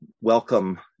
welcome